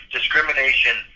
discrimination